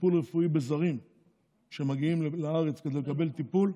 טיפול רפואי בזרים שמגיעים לארץ כדי לקבל טיפול,